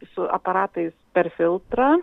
su aparatais per filtrą